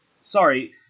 sorry